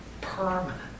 permanent